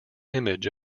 image